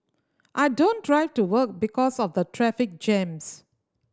I don't drive to work because of the traffic jams